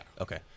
Okay